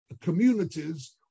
communities